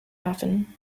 often